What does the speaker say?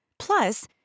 Plus